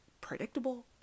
predictable